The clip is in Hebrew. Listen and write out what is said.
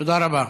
תודה רבה.